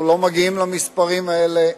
אנחנו לא מגיעים למספרים האלה.